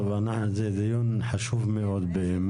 זה דיון חשוב מאוד.